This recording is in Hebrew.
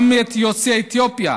גם את יוצאי אתיופיה